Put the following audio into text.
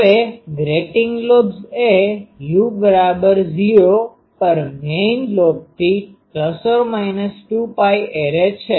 હવે grating lobes એ u૦ પર મેઈન લોબથી ±2π એરે છે